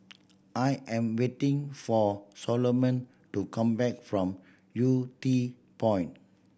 I am waiting for Soloman to come back from Yew Tee Point